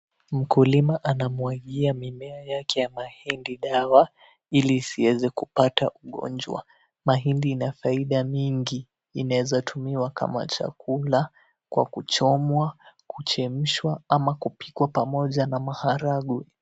Mkulima anamwagia mimea yake ya mahindi dawa, ili isiweze kupata ugonjwa. Mahindi ina faida mingi, inaweza tumiwa kama chakula kwa kuchomwa, kuchemshwa ama kupikwa pamoja na maharagwe.